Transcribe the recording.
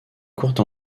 courte